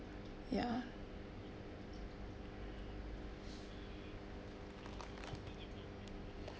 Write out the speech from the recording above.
ya